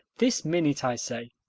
this minute, i say.